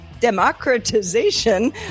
democratization